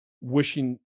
wishing